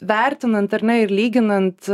vertinant ar ne ir lyginant